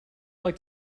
like